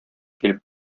килеп